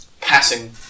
Passing